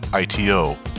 ITO